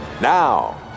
Now